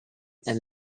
and